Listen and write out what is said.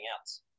else